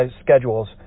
schedules